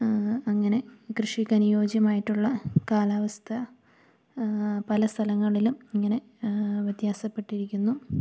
അങ്ങനെ കൃഷിക്കനുയോജ്യമായിട്ടുള്ള കാലാവസ്ഥ പല സ്ഥലങ്ങളിലും ഇങ്ങനെ വ്യത്യാസപ്പെട്ടിരിക്കുന്നു